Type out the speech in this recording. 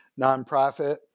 nonprofit